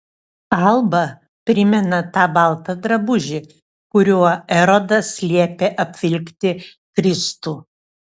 alba primena tą baltą drabužį kuriuo erodas liepė apvilkti kristų